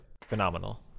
phenomenal